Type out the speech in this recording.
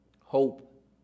hope